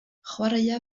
chwaraea